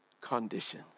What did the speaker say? condition